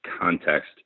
context